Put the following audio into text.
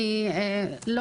בנוסף,